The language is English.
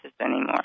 anymore